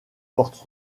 portent